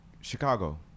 Chicago